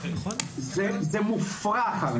זה מופרך.